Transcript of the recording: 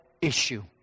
issue